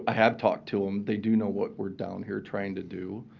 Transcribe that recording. i have talked to them. they do know what we're down here trying to do.